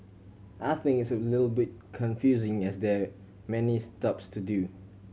I think it's a little bit confusing as there many stops to do